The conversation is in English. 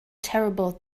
terrible